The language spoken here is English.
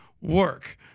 work